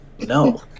no